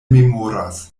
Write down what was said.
memoras